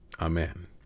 amen